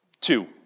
Two